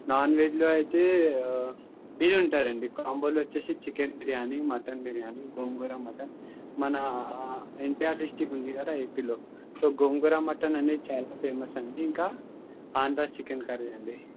non వెజ్లో అయితే free ఉంటాయండి కాంబోలో వచ్చేసి chicken biryani mutton biryani gongura mutton మన ఎన్టీఆర్ డిస్టిక్ ఉంది కదా ఏపీలో సో గోంగూర మటన్ అనేది చాలా ఫేమస్ అండి ఇంకా ఆంధ్రా చికెన్ కర్రీ అండి